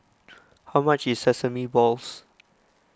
how much is Sesame Balls